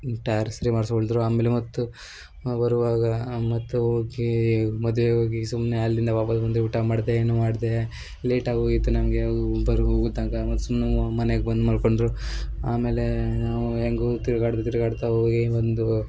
tyre ಸರಿ ಮಾಡಿಸ್ಕೊಳ್ದ್ರು ಆಮೇಲೆ ಮತ್ತೆ ಬರುವಾಗ ಮತ್ತೆ ಹೋಗಿ ಮದ್ವೆಗೆ ಹೋಗಿ ಸುಮ್ಮನೆ ಅಲ್ಲಿಂದ ವಾಪಸ್ ಬಂದೆ ಊಟ ಮಾಡದೆ ಏನೂ ಮಾಡದೆ ಲೇಟಾಗಿ ಹೋಗಿತ್ತು ನಮಗೆ ಅವು ಬರು ಹೋಗು ತನಕ ಮತ್ತು ಸುಮ್ನೆ ಮನೆಗೆ ಬಂದು ಮಲ್ಕೊಂಡರು ಆಮೇಲೆ ನಾವು ಹೆಂಗು ತಿರುಗಾಡ್ತಾ ತಿರುಗಾಡ್ತಾ ಹೋಗಿ ಬಂದು